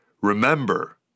Remember